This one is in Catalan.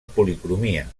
policromia